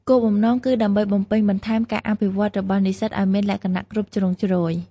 គោលបំណងគឺដើម្បីបំពេញបន្ថែមការអភិវឌ្ឍន៍របស់និស្សិតឱ្យមានលក្ខណៈគ្រប់ជ្រុងជ្រោយ។